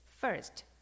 First